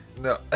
No